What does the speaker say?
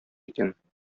икән